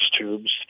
tubes